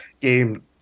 game